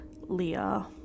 Leah